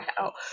Wow